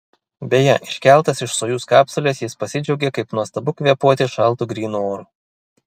beje iškeltas iš sojuz kapsulės jis pasidžiaugė kaip nuostabu kvėpuoti šaltu grynu oru